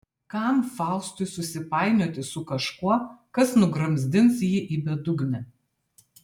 kam faustui susipainioti su kažkuo kas nugramzdins jį į bedugnę